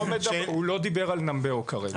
הוא לא דיבר על נמבאו כרגע.